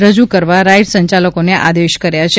રજૂ કરવા રાઇડ્સ સંચાલકોને આદેશ કર્યા છે